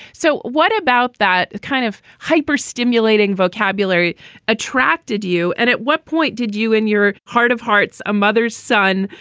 so what about that kind of hyper stimulating vocabulary attracted you? and at what point did you in your heart of hearts, a mother's son,